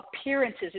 appearances